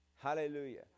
Hallelujah